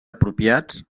apropiats